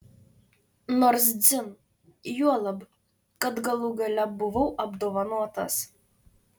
nors dzin juolab kad galų gale buvau apdovanotas